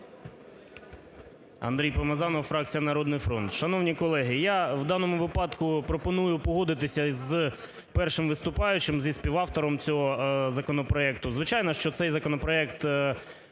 Андрій Помазанов, фракція "Народний фронт".